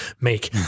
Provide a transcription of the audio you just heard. make